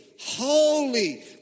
holy